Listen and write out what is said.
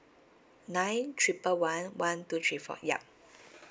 nine triple one one two three four ya